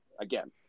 again